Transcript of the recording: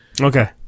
Okay